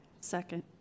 Second